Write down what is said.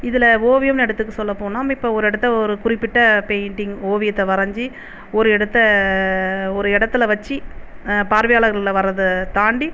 இதில் ஓவியமென்னு எடுத்துக்க சொல்ல போனால் இப்போ ஒரு இடத்த ஒரு குறிப்பிட்ட பெயிண்டிங் ஓவியத்தை வரைஞ்சி ஒரு இடத்தை ஒரு இடத்துல வச்சு பார்வையாளர்களை வர்றதை தாண்டி